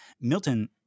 milton